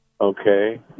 Okay